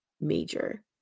major